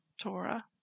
Torah